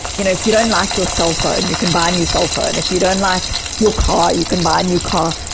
you know if you don't like your cellphone, you can buy a new cellphone and if you don't like your car, you can buy a new car.